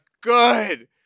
good